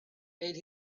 made